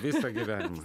visą gyvenimą